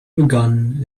begun